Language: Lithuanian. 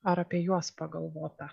ar apie juos pagalvota